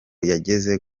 yageze